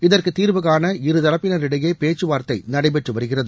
இதற்கு தீர்வு காண இருதரப்பினரிடையே பேச்சுவார்த்தை நடைபெற்று வருகிறது